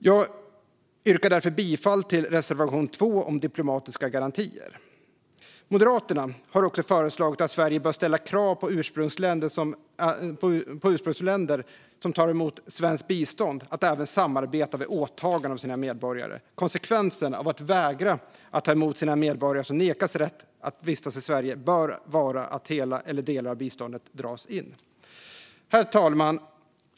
Jag yrkar därför bifall till reservation 2 om diplomatiska garantier. Moderaterna har också föreslagit att Sverige ska ställa krav på ursprungsländer som tar emot svenskt bistånd att även samarbeta vid återtagande av sina medborgare. Konsekvensen av att vägra att ta emot sina medborgare som har nekats rätt att vistas i Sverige bör vara att hela eller delar av biståndet dras in. Herr talman!